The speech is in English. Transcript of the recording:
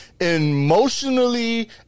emotionally